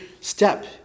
step